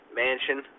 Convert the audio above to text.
mansion